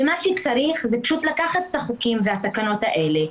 ומה שצריך זה פשוט לקחת את החוקים והתקנות האלה,